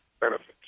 benefits